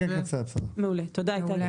תודה.